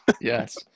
Yes